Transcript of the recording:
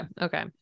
Okay